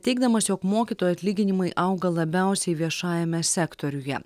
teigdamas jog mokytojų atlyginimai auga labiausiai viešajame sektoriuje